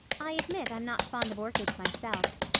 i admit i'm not fond of orchids myself.